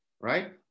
right